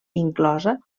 inclosa